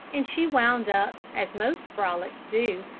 and she wound up as most frolics do,